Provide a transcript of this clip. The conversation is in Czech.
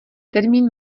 termín